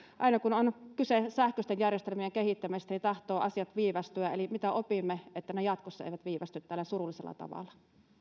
aina kun on kyse sähköisten järjestelmien kehittämisestä asiat tahtovat viivästyä eli mitä opimme että ne jatkossa eivät viivästy tällä surullisella tavalla